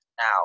now